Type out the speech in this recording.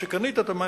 אחרי שקנית את המים,